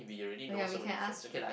oh ya we can ask